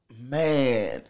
Man